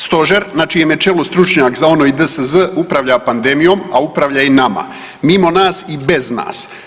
Stožer na čijem je čelo stručnjak za ONO i DSZ upravlja pandemijom, a upravlja i nama, mimo nas i bez nas.